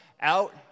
out